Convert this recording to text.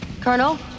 Colonel